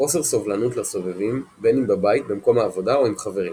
חוסר סובלנות לסובבים בין אם בבית במקום העבודה או עם חברים.